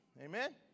Amen